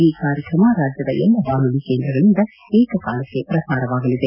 ಈ ಕಾರ್ಯಕ್ರಮ ರಾಜ್ಯದ ಎಲ್ಲಾ ಬಾನುಲಿ ಕೇಂದ್ರಗಳಿಂದ ಏಕಕಾಲಕ್ಕೆ ಪ್ರಸಾರವಾಗಲಿದೆ